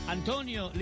Antonio